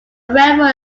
railroad